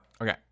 Okay